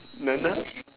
nana